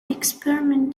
experiment